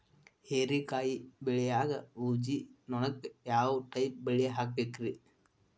ಹೇರಿಕಾಯಿ ಬೆಳಿಯಾಗ ಊಜಿ ನೋಣಕ್ಕ ಯಾವ ಟೈಪ್ ಬಲಿ ಹಾಕಬೇಕ್ರಿ?